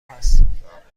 هستم